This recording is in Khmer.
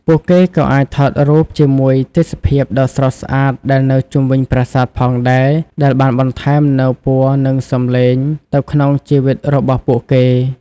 ពួកគេក៏អាចថតរូបជាមួយទេសភាពដ៏ស្រស់ស្អាតដែលនៅជុំវិញប្រាសាទផងដែរ ដែលបានបន្ថែមនូវពណ៌និងសម្លេងទៅក្នុងជីវិតរបស់ពួកគេ។